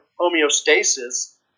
homeostasis